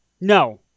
No